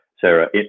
Sarah